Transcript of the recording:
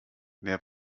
wer